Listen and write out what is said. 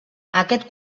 aquest